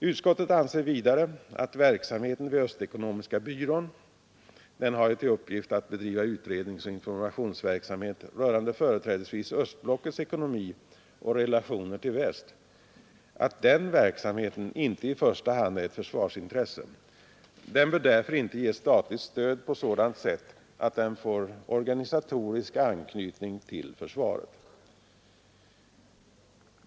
Utskottet anser vidare att verksamheten vid Öst Ekonomiska Byrån — den har till uppgift att bedriva utredningsoch informationsverksamhet rörande företrädesvis östblockets ekonomi och relationer till väst — inte i första hand är ett försvarsintresse. Den bör därför inte ges statligt stöd på sådant sätt att den får organisatorisk anknytning till försvaret.